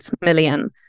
million